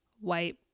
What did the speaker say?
white